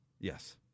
Yes